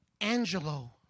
Angelo